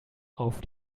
auf